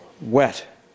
wet